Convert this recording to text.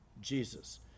Jesus